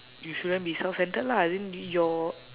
you shouldn't be self centred lah then your